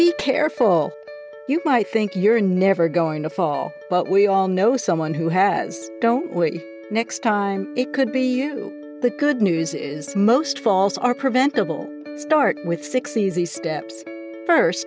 be careful you might think you're never going to fall but we all know someone who has next time it could be you the good news is most false are preventable start with six easy steps first